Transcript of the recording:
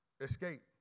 escape